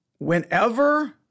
Whenever